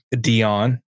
Dion